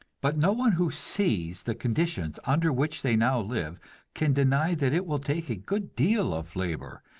but no one who sees the conditions under which they now live can deny that it will take a good deal of labor,